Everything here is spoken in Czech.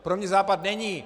Pro mě Západ není...